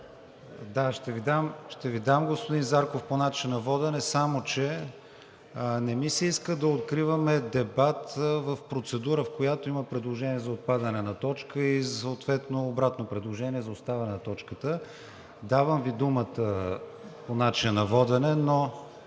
ще ви дам по начина на водене. Само че не ми се иска да откриваме дебат в процедура, в която има предложение за отпадане на точка и съответно обратно предложение за оставяне на точката. Давам Ви думата по начина на водене, но